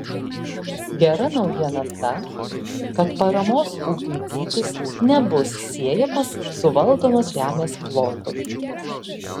gera naujiena ta kad paramos ūkiui dydis nebus siejamas su valdomos žemės plotu